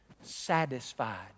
satisfied